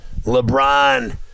LeBron